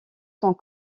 sont